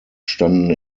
standen